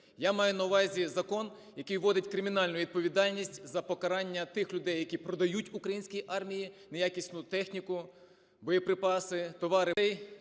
Я маю на увазі закон, який вводить кримінальну відповідальність за покарання тих людей, які продають українській армії неякісну техніку, боєприпаси, товари,